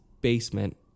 basement